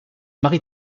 marie